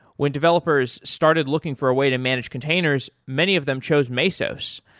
when developers started looking for a way to manage containers, many of them chose mesos.